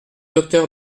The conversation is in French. docteur